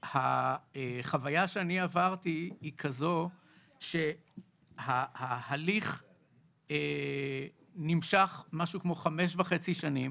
והחוויה שאני עברתי היא כזו שההליך נמשך משהו כמו 5.5 שנים,